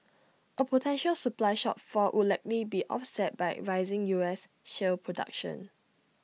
A potential supply shortfall would likely be offset by rising U S shale production